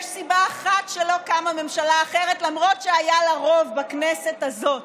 יש סיבה אחת שלא קמה ממשלה אחרת למרות שהיה לה רוב בכנסת הזאת,